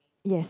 yes